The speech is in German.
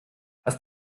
hast